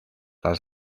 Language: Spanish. las